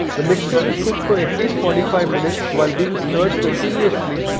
the mixture is cooked for at least forty five minutes while being stirred continuously.